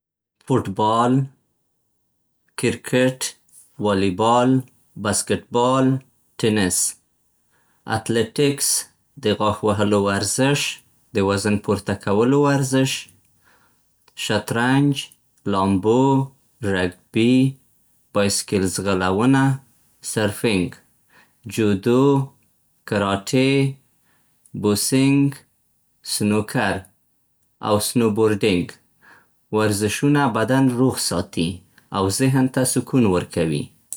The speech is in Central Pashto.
فوټبال، کرکټ، والیبال، بسکټبال، ټېنس. اتلټیکس، د غاښ وهلو ورزش، د وزن پورته کولو ورزش. شطرنج، لامبو، رګبي، بایسکل ځغلونه، سرفینګ. جودو، کراټې، بوسینګ، سنوکر، او سنو‌بورډینګ. ورزشونه بدن روغ ساتي او ذهن ته سکون ورکوي.